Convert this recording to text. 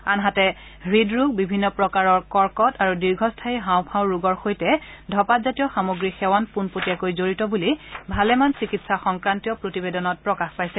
আনহাতে হৃদ ৰোগ বিভিন্ন প্ৰকাৰৰ কৰ্কট আৰু দীৰ্ঘস্থায়ী হাওফাওৰ ৰোগৰ সৈতে ধঁপাত জাতীয় সামগ্ৰী সেৱন পোনপটীয়াকৈ জড়িত বুলি ভালেমান চিকিৎসা সংক্ৰান্তীয় প্ৰতিবেদনত প্ৰকাশ পাইছে